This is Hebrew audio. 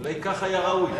אולי כך היה ראוי.